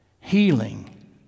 healing